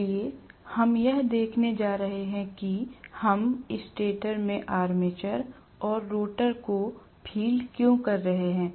इसलिए हम यह देखने जा रहे हैं कि हम स्टेटर में आर्मेचर और रोटर को फील्ड क्यों कर रहे हैं